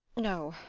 no,